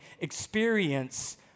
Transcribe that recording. experience